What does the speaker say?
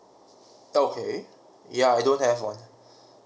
okay yeah I don't have one